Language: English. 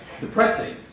depressing